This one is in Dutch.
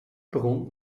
station